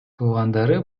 туугандары